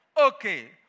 Okay